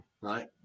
Right